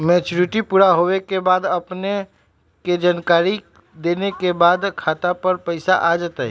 Maturity पुरा होवे के बाद अपने के जानकारी देने के बाद खाता पर पैसा आ जतई?